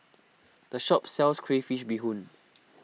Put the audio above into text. this shop sells Crayfish BeeHoon